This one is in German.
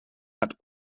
hat